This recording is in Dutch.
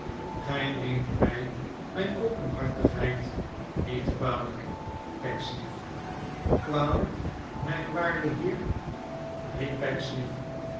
gij neemt mij mijn openhartigheid niet kwalijk pecksniff r kwalijk t mijn waarde heer